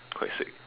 quite sick